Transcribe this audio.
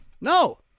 no